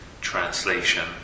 translation